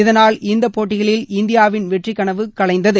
இதனால் இந்த போட்டிகளில் இந்தியாவின் வெற்றிக்கனவு கலைந்தது